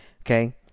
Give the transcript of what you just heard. okay